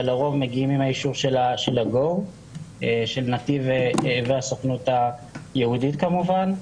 הרוב מגיעים עם האישור של ה-GO של נתיב והסוכנות היהודית כמובן.